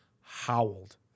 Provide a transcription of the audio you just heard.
howled